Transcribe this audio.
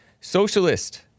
socialist